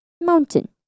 mountain